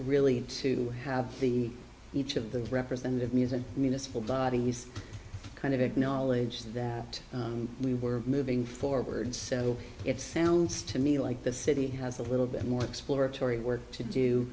really to have the each of the representative me as a municipal bodies kind of acknowledge that we were moving forward so it sounds to me like the city has a little bit more exploratory work to do